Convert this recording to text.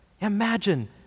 Imagine